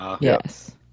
Yes